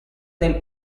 del